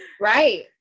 right